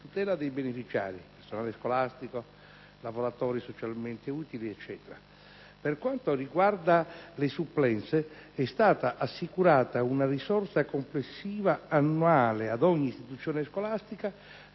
tutela dei beneficiari (personale scolastico, lavoratori socialmente utili, eccetera). Per quanto riguarda le supplenze è stata assicurata una risorsa complessiva annuale ad ogni istituzione scolastica,